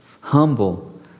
humble